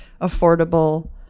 affordable